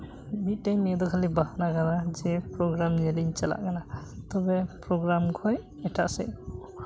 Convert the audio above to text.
ᱢᱤᱫᱴᱮᱱ ᱱᱤᱭᱟᱹ ᱫᱚ ᱠᱷᱟᱹᱞᱤ ᱵᱟᱦᱱᱟ ᱠᱟᱱᱟ ᱡᱮ ᱯᱨᱳᱜᱨᱟᱢ ᱧᱮᱞᱤᱧ ᱪᱟᱞᱟᱜ ᱠᱟᱱᱟ ᱛᱚᱵᱮ ᱯᱨᱳᱜᱨᱟᱢ ᱠᱷᱚᱱ ᱮᱴᱟᱜ ᱥᱮᱫ